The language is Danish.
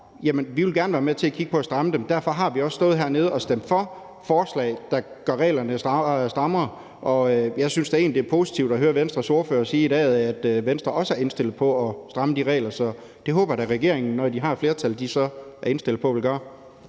at vi gerne vil være med til at kigge på at stramme dem. Derfor har vi også stået hernede og stemt for forslag, der gør reglerne strammere. Og jeg synes da egentlig, at det er positivt at høre Venstres ordfører sige i dag, at Venstre også er indstillet på at stramme de regler. Så det håber jeg da at regeringen, når de har et flertal, er